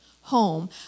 home